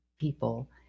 people